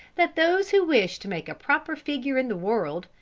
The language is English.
that those who wish to make a proper figure in the world,